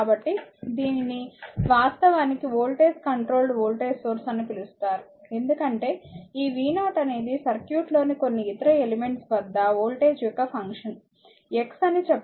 కాబట్టి దీనిని వాస్తవానికి వోల్టేజ్ కంట్రోల్డ్ వోల్టేజ్ సోర్స్ అని పిలుస్తారు ఎందుకంటే ఈ v0 అనేది సర్క్యూట్లోని కొన్ని ఇతర ఎలిమెంట్ వద్ద వోల్టేజ్ యొక్క ఫంక్షన్ x అని చెప్పండి